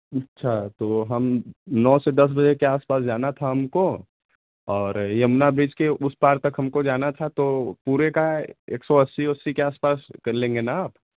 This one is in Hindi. अच्छा तो हम नौ से दस बजे के आस पास जाना था हमको और यमुना ब्रिज के उस पार तक हमको जाना था तो पूरे का एक सौ अस्सी वस्सी के आस पास कर लेंगे ना आप